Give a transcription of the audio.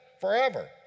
Forever